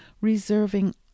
reserving